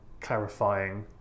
clarifying